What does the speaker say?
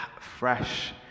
fresh